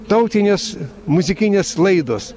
tautinės muzikinės laidos